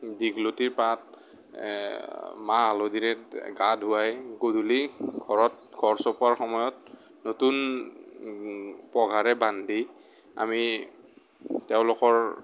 দীঘলতিৰ পাত মাহ হালধিৰে গা ধুৱাই গধূলি ঘৰত ঘৰ চপোৱাৰ সময়ত নতুন পঘাৰে বান্ধি আমি তেওঁলোকৰ